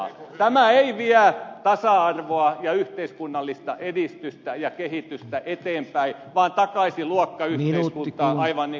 tämä ei vie tasa arvoa ja yhteiskunnallista edistystä ja kehitystä eteenpäin vaan takaisin luokkayhteiskuntaan aivan niin kuin ed